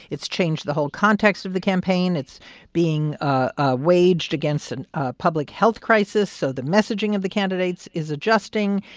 it's changed the whole context of the campaign. it's being ah waged against and a public health crisis. so the messaging of the candidates is adjusting.